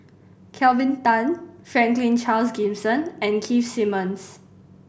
Kelvin Tan Franklin Charles Gimson and Keith Simmons